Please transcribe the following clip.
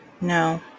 no